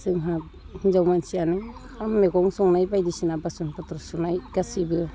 जोंहा हिनजाव मानसियानो ओंखाम मैगं संनाय बायदिसिना बासन पत्र सुनाय गासैबो